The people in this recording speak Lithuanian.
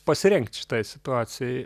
pasirengt šitai situacijai